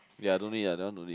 ya don't need ah that one no need